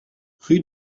rue